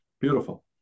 Beautiful